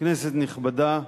כנסת נכבדה,